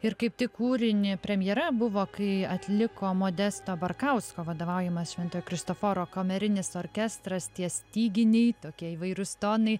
ir kaip tik kūrinį premjera buvo kai atliko modesto barkausko vadovaujamas šventojo kristoforo kamerinis orkestras tie styginiai tokie įvairūs tonai